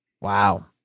Wow